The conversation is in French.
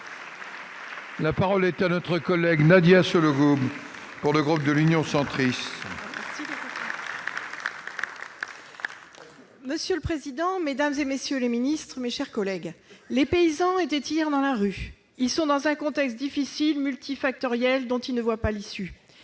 La parole est à Mme Nadia Sollogoub, pour le groupe Union Centriste. Monsieur le président, mesdames, messieurs les ministres, mes chers collègues, les paysans étaient hier dans la rue. Ils sont dans une situation difficile et multifactorielle dont ils ne voient pas l'issue.